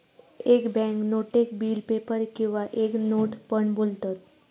एक बॅन्क नोटेक bill paper किंवा एक नोट पण बोलतत